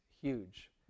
huge